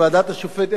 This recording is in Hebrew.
גם הדוברים אחרי,